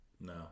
no